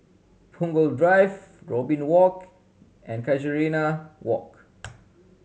Punggol Drive Robin Walk and Casuarina Walk